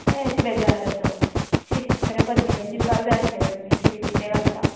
तेंच बेजार सों शी खरें पर्मिशन दिवपाक जाय आसले गो तिमी सिवील किदेंय घलपाक